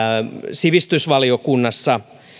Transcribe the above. sivistysvaliokunnassa